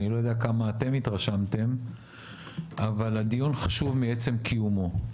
אני לא יודע כמה את אם התרשמתם אבל הדיון חשוב מעצם קיומו,